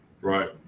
Right